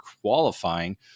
qualifying